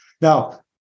Now